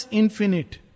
infinite